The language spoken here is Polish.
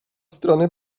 strony